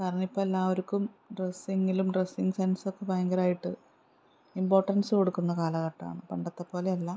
കാരണം ഇപ്പോൾ എല്ലാവർക്കും ഡ്രസ്സിങ്ങിലും ഡ്രസ്സിങ്ങ് സെൻസൊക്കെ ഭയങ്കരമായിട്ട് ഇമ്പോർട്ടൻസ് കൊടുക്കുന്ന കാലഘട്ടമാണ് പണ്ടത്തെപ്പോലെയല്ല